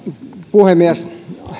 puhemies